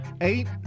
eight